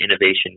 Innovation